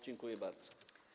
Dziękuję bardzo.